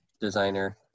designer